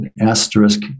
asterisk